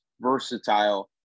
versatile